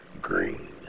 green